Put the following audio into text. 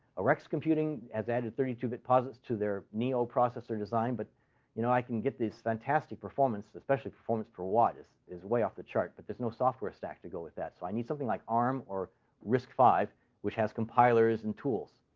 rex computing has added thirty two bit posits to their neo processor design, but you know, i can get this fantastic performance especially performance per watt is is way off the chart but there's no software stack to go with that. so i need something like arm or risc-v, which has compilers and tools.